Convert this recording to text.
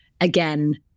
again